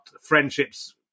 friendships